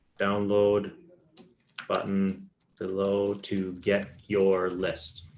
download button below to get your list.